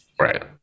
right